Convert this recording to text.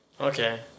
okay